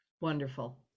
wonderful